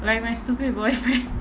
like my stupid boyfriend